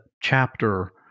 chapter